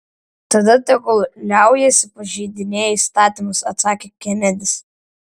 tada tegul liaujasi pažeidinėję įstatymus atsakė kenedis